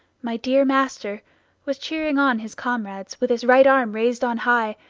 my dear master was cheering on his comrades with his right arm raised on high,